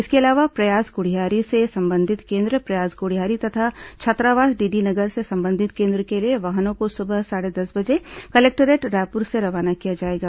इसके अलावा प्रयास गुढ़ियारी से संबंधित केन्द्र प्रयास गुढ़ियारी तथा छात्रावास डीडी नगर से संबंधित केन्द्र के लिए वाहनों को सुबह साढे दस बजे कलेक्टोरेट रायपुर से रवाना किया जाएगा